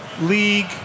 league